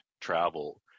travel